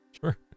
Sure